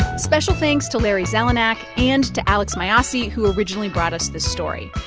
special thanks to larry zelenak and to alex mayyasi, who originally brought us this story.